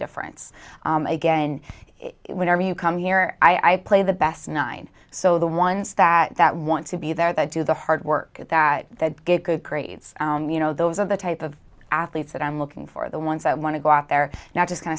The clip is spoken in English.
difference again it whenever you come here i play the best nine so the ones that want to be there that do the hard work at that that get good grades you know those are the type of athletes that i'm looking for the ones that want to go out there not just